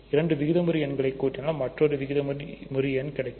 இரண்டு விகிதமுறு எண்களை கூட்டினாள் மற்றொரு விகிதமுறு எண் கிடைக்கும்